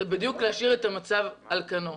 זה בדיוק להשאיר את המצב על כנו.